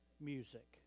music